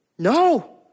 No